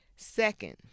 Second